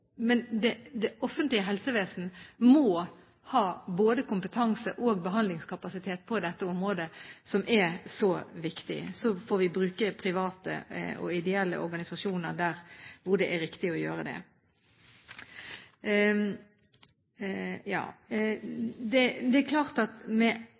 ha både kompetanse og behandlingskapasitet på dette området, som er så viktig. Så får vi bruke private og ideelle organisasjoner der hvor det er riktig å gjøre det. Jeg skjønner at